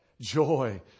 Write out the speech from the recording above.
Joy